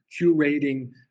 curating